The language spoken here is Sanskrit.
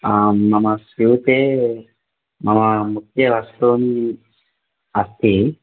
आं मम स्यूते मम मुख्यवस्तूनि अस्ति